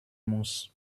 muss